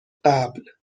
قبل